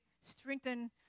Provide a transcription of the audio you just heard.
strengthen